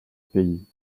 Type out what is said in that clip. pays